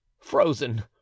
frozen